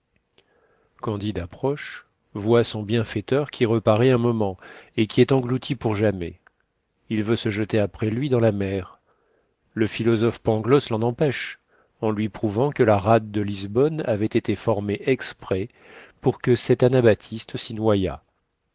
candide approche voit son bienfaiteur qui reparaît un moment et qui est englouti pour jamais il veut se jeter après lui dans la mer le philosophe pangloss l'en empêche en lui prouvant que la rade de lisbonne avait été formée exprès pour que cet